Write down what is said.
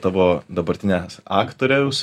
tavo dabartinė aktoriaus